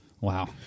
Wow